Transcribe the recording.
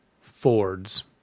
Fords